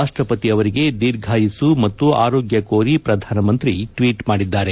ರಾಷ್ಕಪತಿ ಅವರಿಗೆ ದೀರ್ಘಾಯಸ್ತು ಮತ್ತು ಆರೋಗ್ಯ ಕೋರಿ ವ್ರಧಾನಮಂತಿ ಟ್ಲೀಟ್ ಮಾಡಿದ್ದಾರೆ